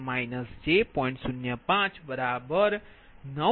2 j2